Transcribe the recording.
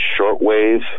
shortwave